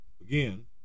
again